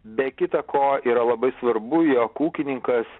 be kita ko yra labai svarbu jog ūkininkas